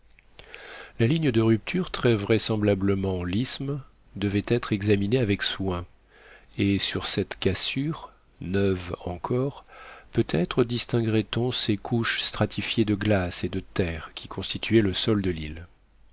la ligne de rupture très vraisemblablement l'isthme devait être examinée avec soin et sur cette cassure neuve encore peut-être distinguerait on ces couches stratifiées de glace et de terre qui constituaient le sol de l'île